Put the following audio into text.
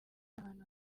ahantu